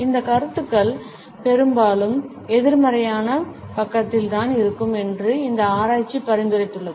இந்த கருத்துக்கள் பெரும்பாலும் எதிர்மறையான பக்கத்தில்தான் இருக்கும் என்றும் இந்த ஆராய்ச்சி பரிந்துரைத்துள்ளது